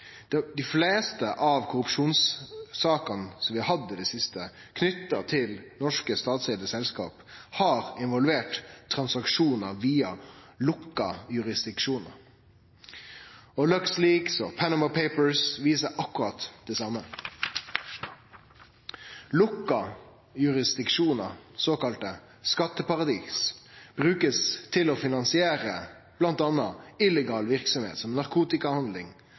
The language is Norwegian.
sine. Dei fleste av korrupsjonssakene som vi har hatt i det siste knytte til norske statseigde selskap, har involvert transaksjonar via lukka jurisdiksjonar. Luxleaks og Panama Papers viser akkurat det same. Lukka jurisdiksjonar, såkalla skatteparadis, blir brukte til å finansiere bl.a. illegal verksemd som